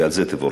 ועל זה תבורך.